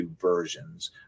versions